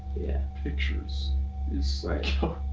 yeah. pictures is psycho.